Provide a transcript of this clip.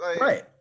Right